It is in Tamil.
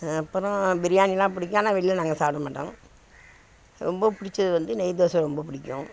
அப்புறம் பிரியாணியெலாம் பிடிக்கும் ஆனால் வெளில நாங்கள் சாப்பிட மாட்டோம் ரொம்ப பிடிச்சது வந்து நெய் தோசை ரொம்ப பிடிக்கும்